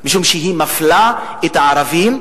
משום שהיא מפלה את הערבים,